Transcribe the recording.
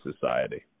society